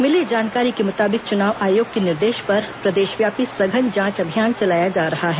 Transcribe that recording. मिली जानकारी के मुताबिक चुनाव आयोग के निर्देश पर प्रदेशव्यापी सघन जांच अभियान चलाया जा रहा है